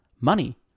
Money